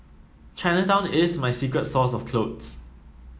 Chinatown is my secret source of clothes